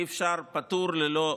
אי-אפשר פטור ללא,